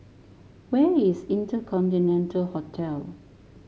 where is InterContinental Hotel